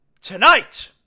Tonight